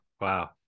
Wow